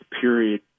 period